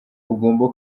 ugomba